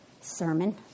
sermon